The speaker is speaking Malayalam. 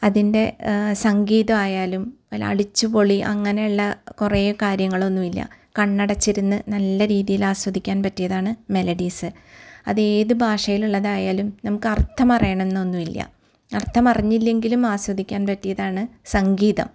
അതിൻ്റെ സംഗീതം ആയാലും ഒര് അടിച്ചുപൊളി അങ്ങനെയുള്ള കുറെ കാര്യങ്ങളൊന്നും ഇല്ല കണ്ണടച്ചിരുന്ന് നല്ലരീതിയില് ആസ്വദിക്കാൻ പറ്റിയതാണ് മെലഡീസ് അതേത് ഭാഷയിലുള്ളതായാലും നമുക്ക് അർഥം അറിയണമെന്ന് ഒന്നുമില്ല അർഥം അറിഞ്ഞില്ലെങ്കിലും ആസ്വദിക്കാൻ പറ്റിയതാണ് സംഗീതം